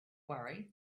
worry